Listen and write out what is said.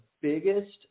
biggest